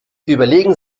überlegen